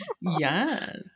yes